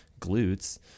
glutes